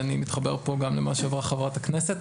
אני מתחבר פה גם למה שאמרה חברת הכנסת,